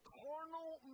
carnal